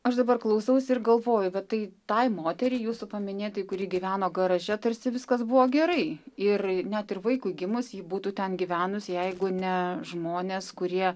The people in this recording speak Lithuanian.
aš dabar klausausi ir galvoju bet tai tai moteriai jūsų paminėtai kuri gyveno garaže tarsi viskas buvo gerai ir net ir vaikui gimus ji būtų ten gyvenusi jeigu ne žmonės kurie